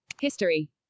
history